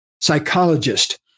psychologist